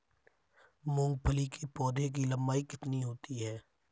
मूंगफली के पौधे की लंबाई कितनी होती है?